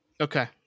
Okay